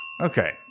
Okay